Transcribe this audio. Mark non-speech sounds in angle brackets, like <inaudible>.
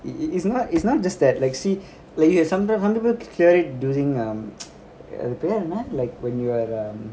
it it it's not it's not just that like see like you have some time some people clear it during um <noise> அதுபேரென்ன:adhu perenna like when you are um